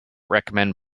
recommend